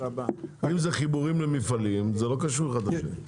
אם זה חיבורים למפעלים זה לא קשור אחד לשני.